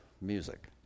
music